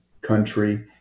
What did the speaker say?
country